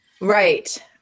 right